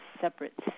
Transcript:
separate